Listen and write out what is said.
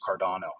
Cardano